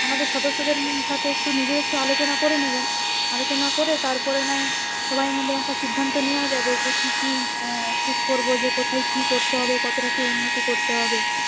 আমাদের সদস্যদের সাথে একটু নিজেও একটু আলোচনা করে নেবেন আলোচনা করে তারপরে না হয় সবাই মিলে একটা সিদ্ধান্ত নেওয়া যাবে যে কী কী ঠিক করব যে কোথায় কী করতে হবে কতটা কী উন্নতি করতে হবে